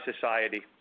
society